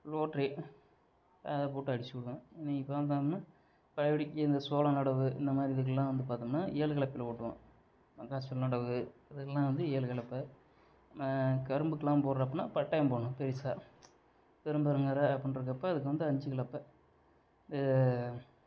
rotary அதை போட்டு அடிச்சு விடுவோம் இன்றைக்கி பார்த்தோம்னா பழையபடிக்கி இந்த சோளம் நடவு இந்தமாதிரி இதுக்கெல்லாம் வந்து பார்த்தோம்னா ஏலு கலப்பையில் ஓட்டுவோம் மக்கா சோளம் நடவு அதுக்கெல்லாம் வந்து ஏலு கலப்பை கரும்புக்கெல்லாம் போடுறப்பன்னா பட்டயம் போடணும் பெரிசா பெரும் அப்படிங்கிறப்ப அதுக்கு வந்து அஞ்சு கலப்பை